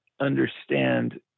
understand